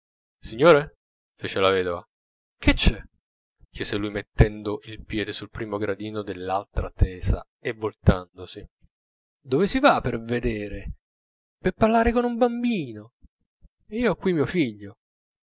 signore fece la vedova che c'è chiese lui mettendo il piede sul primo gradino dell'altra tesa e voltandosi dove si va per vedere per parlare con un bambino io ho qui mio figlio